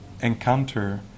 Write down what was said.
encounter